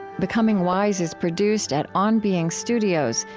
becoming wise is produced at on being studios,